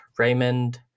Raymond